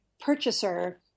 purchaser